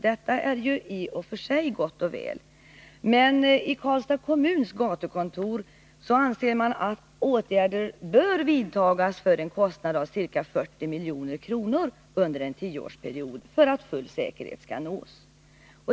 Detta är i och för sig gott och väl, men vid Karlstads kommuns gatukontor anser man att åtgärder bör vidtas för en kostnad av ca 40 milj.kr. under en tioårsperiod för att full säkerhet skall nås.